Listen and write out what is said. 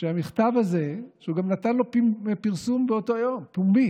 שהמכתב הזה, שהוא גם נתן לו פרסום פומבי